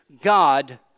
God